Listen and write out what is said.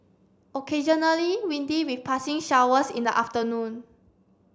occasionally windy with passing showers in the afternoon